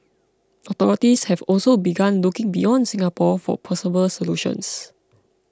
authorities have also begun looking beyond Singapore for possible solutions